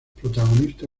protagonista